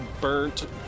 burnt